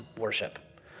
worship